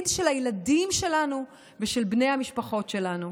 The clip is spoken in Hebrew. ולעתיד של הילדים שלנו ושל בני המשפחות שלנו.